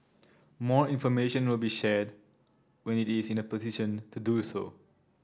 more information will be shared when it is in a position to do so